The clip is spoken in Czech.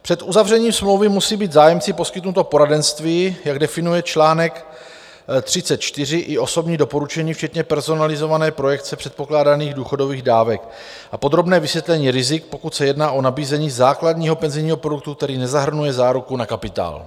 Před uzavřením smlouvy musí být zájemci poskytnuto poradenství, jak definuje článek 34, i osobní doporučení včetně personalizované projekce předpokládaných důchodových dávek a podrobné vysvětlení rizik, pokud se jedná o nabízení základního penzijního produktu, který nezahrnuje záruku na kapitál.